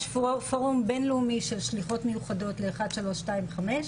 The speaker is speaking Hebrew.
יש פורום בינלאומי של שליחות מיוחדות ל-1325,